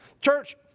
Church